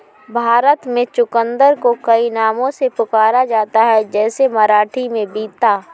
भारत में चुकंदर को कई नामों से पुकारा जाता है जैसे मराठी में बीता